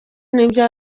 n’ibyo